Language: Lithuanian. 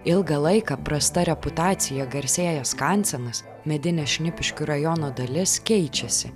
ilgą laiką prasta reputacija garsėjęs skansenas medinių šnipiškių rajono dalis keičiasi